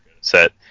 set